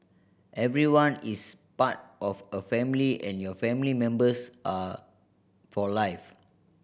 everyone is part of a family and your family members are for life